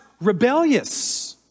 rebellious